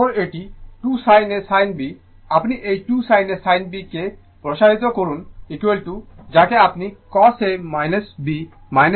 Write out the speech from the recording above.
সময় দেখুন ১৭০২ তারপরে এটি 2 sin A sin B আপনি এই 2 sin A sin B কে প্রসারিত করুন যাকে আপনি cos A B cos A B বলেন